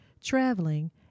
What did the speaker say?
traveling